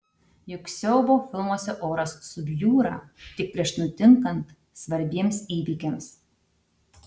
juk siaubo filmuose oras subjūra tik prieš nutinkant svarbiems įvykiams